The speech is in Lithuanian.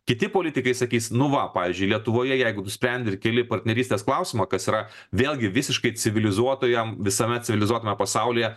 kiti politikai sakys nu va pavyzdžiui lietuvoje jeigu tu sprendi ir keli partnerystės klausimą kas yra vėlgi visiškai civilizuotoje visame civilizuotame pasaulyje